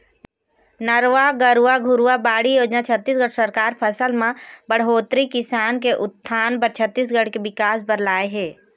नरूवा, गरूवा, घुरूवा, बाड़ी योजना छत्तीसगढ़ सरकार फसल म बड़होत्तरी, किसान के उत्थान बर, छत्तीसगढ़ के बिकास बर लाए हे